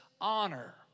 honor